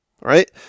right